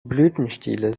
blütenstiele